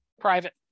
private